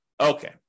Okay